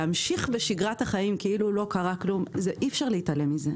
להמשיך בשגרת החיים כאילו לא קרה כלום אי-אפשר להתעלם מזה.